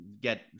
get